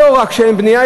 לא רק שאין בנייה,